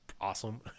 awesome